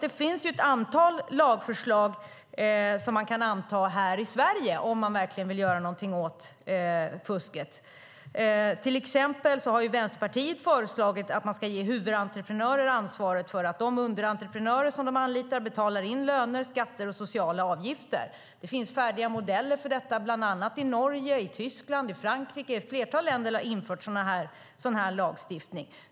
Det finns ett antal lagförslag som man kan anta här i Sverige om man verkligen vill göra någonting åt fusket. Till exempel har Vänsterpartiet föreslagit att man ska ge huvudentreprenörerna ansvaret för att de underentreprenörer som de anlitar betalar in löner, skatter och sociala avgifter. Det finns färdiga modeller för detta, bland annat i Norge, Tyskland och Frankrike. Ett flertal länder har infört sådan lagstiftning.